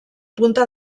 punta